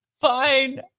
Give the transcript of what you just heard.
fine